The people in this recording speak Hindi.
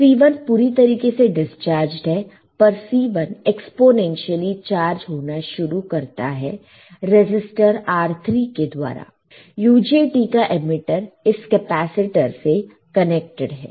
C1 पूरी तरीके से डिस्चार्जड है पर C1 एक्स्पोनेंशियली चार्ज होना शुरु करता है रजिस्टर R3 के द्वारा UJT का एमिटर इस कैपेसिटर से कनेक्टेड है